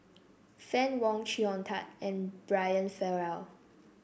Fann Wong Chee Hong Tat and Brian Farrell